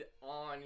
on